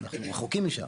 אנחנו רחוקים משם.